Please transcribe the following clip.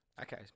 Okay